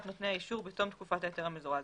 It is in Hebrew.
נותני האישור בתום תקופת ההיתר המזורז